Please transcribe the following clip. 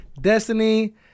Destiny